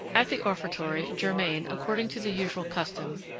at the offertory, germain, according to the usual custom,